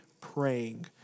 praying